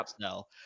No